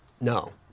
No